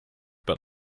but